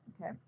Okay